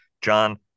John